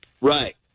Right